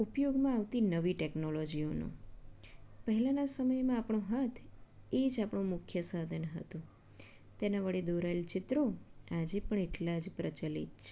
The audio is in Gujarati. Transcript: ઉપયોગમાં આવતી નવી ટેકનોલોજીઓનો પહેલાંના સમયમાં આપણો હાથ એ જ આપણું મુખ્ય સાધન હતું તેના વડે દોરાયેલ ચિત્રો આજે પણ એટલાં જ પ્રચલિત છે